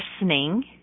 listening